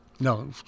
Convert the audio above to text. No